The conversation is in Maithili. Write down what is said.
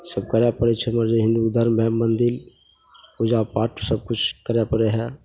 ईसब करै पड़ै छै हमर जे हिन्दू धर्म भेल मन्दिर पूजापाठ सबकिछु करै पड़ै हइ